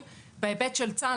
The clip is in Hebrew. בהיבט של צה"ל,